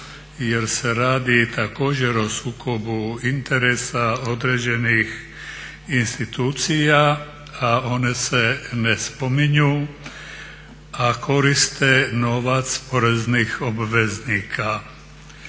jer se radi također o sukobu interesa određenih institucija, a one se ne spominju a koriste novac poreznih obveznika.